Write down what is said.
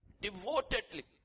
devotedly